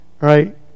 right